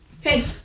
Hey